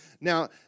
Now